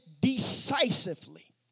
decisively